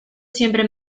siempre